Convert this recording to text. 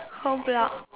whole block